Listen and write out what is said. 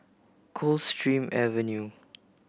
Coldstream Avenue